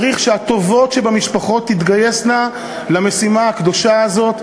צריך שהטובות שבמשפחות תתגייסנה למשימה הקדושה הזאת.